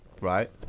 right